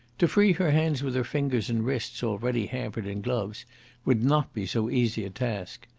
to free her hands with her fingers and wrists already hampered in gloves would not be so easy a task.